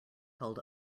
held